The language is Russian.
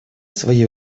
своей